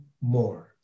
more